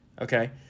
Okay